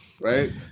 right